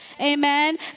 amen